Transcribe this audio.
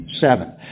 seven